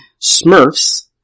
Smurfs